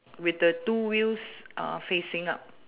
with the two wheels uh facing up